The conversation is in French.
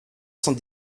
cent